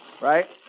Right